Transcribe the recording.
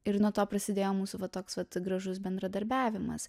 ir nuo to prasidėjo mūsų va toks vat gražus bendradarbiavimas